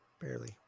Barely